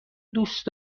دوست